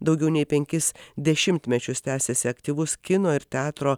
daugiau nei penkis dešimtmečius tęsiasi aktyvus kino ir teatro